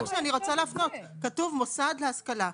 כתוב מוסד להשכלה,